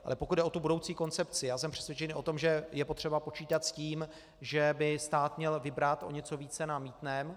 Ale pokud jde o tu budoucí koncepci, já jsem přesvědčen o tom, že je potřeba počítat s tím, že by stát měl vybrat o něco více na mýtném.